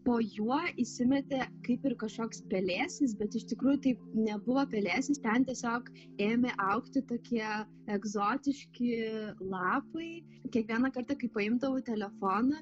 po juo įsimetė kaip ir kažkoks pelėsis bet iš tikrųjų tai nebuvo pelėsis ten tiesiog ėmė augti tokie egzotiški lapai kiekvieną kartą kai paimdavau telefoną